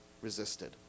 resisted